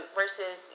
versus